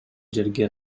жерге